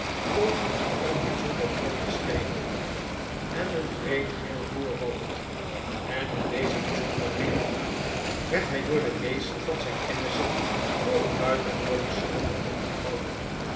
door een bijzonder grooten schedel en een breed geel voorhoofd en om deze bijzonderheden werd hij door de meesten van zijn kennissen voor een buitengewoon rschrander man gehouden